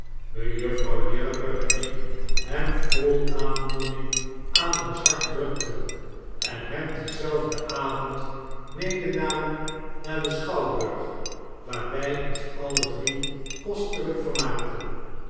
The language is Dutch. mejuffrouw lirriper en ik hem vol aandoening aan ons hart drukten en hem dienzelfden avond medenamen naar den schouwburg waar wy ons alle drie kostelyk vermaakten